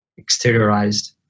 exteriorized